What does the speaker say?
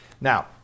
Now